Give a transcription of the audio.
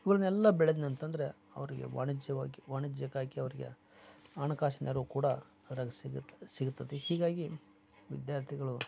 ಇವನ್ನೆಲ್ಲ ಬೆಳೆದ್ನಂತಂದರೆ ಅವ್ರಿಗೆ ವಾಣಿಜ್ಯವಾಗಿ ವಾಣಿಜ್ಯಕ್ಕಾಗಿ ಅವ್ರಿಗೆ ಹಣಕಾಸಿನ ನೆರವು ಕೂಡ ಅವ್ರಗೆ ಸಿಗುತ್ತದೆ ಸಿಗ್ತದೆ ಹೀಗಾಗಿ ವಿದ್ಯಾರ್ಥಿಗಳು